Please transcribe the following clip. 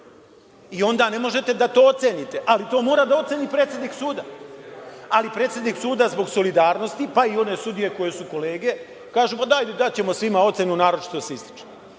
i onda ne možete da to ocenite, ali to mora da oceni predsednik suda, ali predsednik suda zbog solidarnosti, pa i one sudije koje su kolege, kažu – daćemo svima ocenu – naročito se ističe.